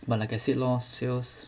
but like I said lor sales